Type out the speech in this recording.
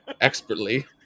Expertly